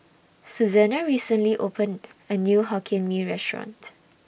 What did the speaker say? Suzanna recently opened A New Hokkien Mee Restaurant